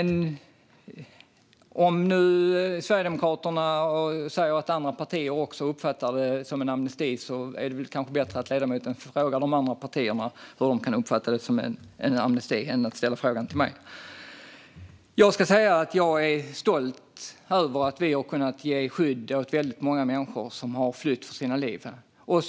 När Sverigedemokraterna säger att också andra partier uppfattar det som en amnesti kanske det är bättre att ledamoten frågar de andra partierna hur de kan uppfatta det som en amnesti än att ställa frågan till mig. Jag är stolt över att vi har kunnat ge skydd åt väldigt många människor som har flytt för sina liv.